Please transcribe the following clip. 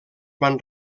van